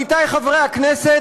עמיתי חברי הכנסת,